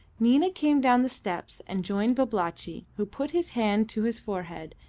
nina came down the steps and joined babalatchi, who put his hand to his forehead,